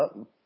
up